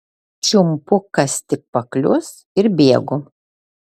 čiumpu kas tik paklius ir bėgu